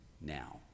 now